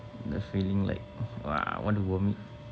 the feeling like !wah! want to vomit